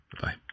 Bye